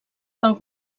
pel